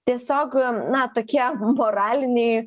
tiesiog na tokie moraliniai